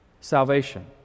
salvation